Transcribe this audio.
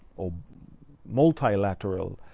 or multilateral